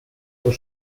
por